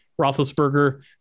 Roethlisberger